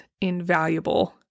invaluable